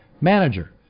manager